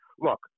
look